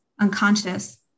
unconscious